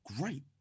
great